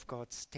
God's